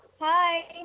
Hi